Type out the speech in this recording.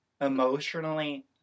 emotionally